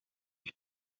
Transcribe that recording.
ivi